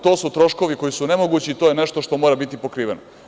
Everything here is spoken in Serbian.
To su troškovi koji su nemogući, to je nešto što mora biti pokriveno.